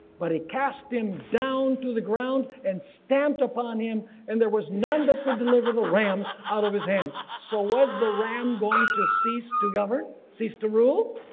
but he cast him down to the ground, and stamped upon him and there was none that could deliver the ram out of his hand. so was the ram going to cease to govern? cease to rule,